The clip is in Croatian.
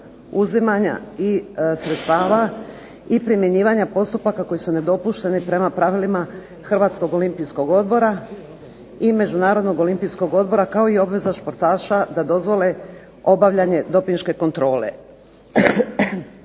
uzimanja sredstava i primjenjivanja postupka koji su nedopušteni prema pravilima našeg Hrvatskog olimpijskog odbora i Međunarodnog olimpijskog odbora kao i obveza sportaša da dozvole dopinške kontrole.